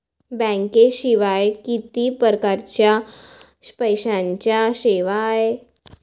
बँकेशिवाय किती परकारच्या पैशांच्या सेवा हाय?